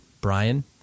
Brian